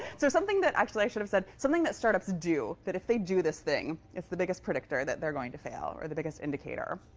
so something that actually i should have said something that startups do, that if they do this thing, it's the biggest predictor that they're going to fail, or the biggest indicator.